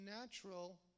natural